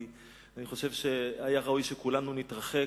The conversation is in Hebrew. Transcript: ואני חושב שהיה ראוי שכולנו נתרחק,